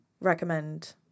Recommend